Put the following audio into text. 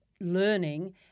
learning